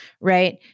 right